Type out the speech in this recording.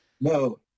no